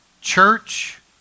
church